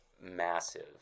massive